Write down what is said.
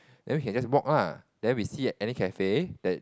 then we can just walk lah then we see at any cafe that